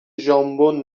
ژامبون